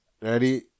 ready